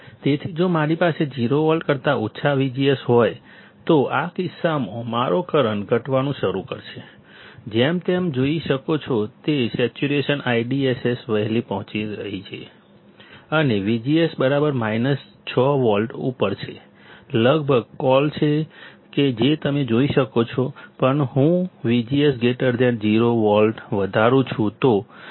તેથી જો મારી પાસે 0 વોલ્ટ કરતા ઓછા VGS હોય તો આ કિસ્સામાં મારો કરંટ ઘટવાનું શરૂ થશે જેમ તમે જોઈ શકો છો કે સેચ્યુરેશન IDSS વહેલી પહોંચી રહી છે અને VGS 6 વોલ્ટ ઉપર તે લગભગ કોલ છે જે તમે જોઈ શકો છો પણ જો હું VGS 0 વોલ્ટ વધારું તો